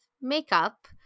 makeup